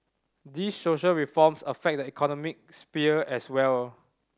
these social reforms affect the economic sphere as well